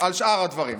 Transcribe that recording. על שאר הדברים.